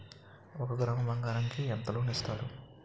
ఒక గ్రాము బంగారం కి ఎంత లోన్ ఇస్తారు?